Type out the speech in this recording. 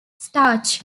starch